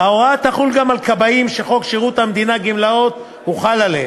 ההוראה תחול גם על כבאים שחוק שירות המדינה (גמלאות) הוחל עליהם.